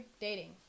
dating